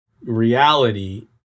Reality